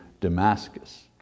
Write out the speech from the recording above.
Damascus